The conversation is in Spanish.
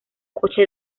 coche